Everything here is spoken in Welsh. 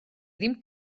ddim